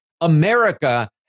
America